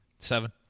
Seven